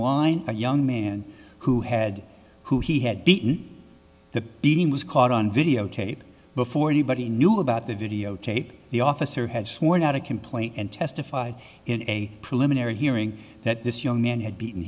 malign a young man who had who he had beaten the beating was caught on videotape before anybody knew about the videotape the officer had sworn out a complaint and testified in a preliminary hearing that this young man had beaten